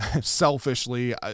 selfishly